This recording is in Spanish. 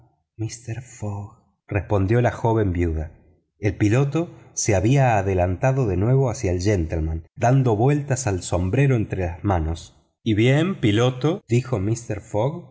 míster fogg respondió la joven viuda el piloto se había adelantado de nuevo hacia el gentleman dando vueltas al sombrero entre las manos y bien piloto dijo mister fogg